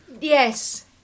yes